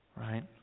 Right